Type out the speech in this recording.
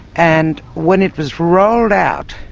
and when it was rolled out,